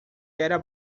era